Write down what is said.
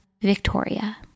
Victoria